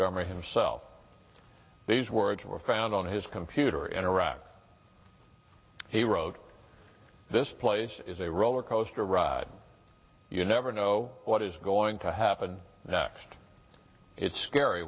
governor himself these words were found on his computer in iraq he wrote this place is a roller coaster ride you never know what is going to happen next it's scary